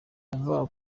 yavugaga